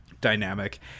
dynamic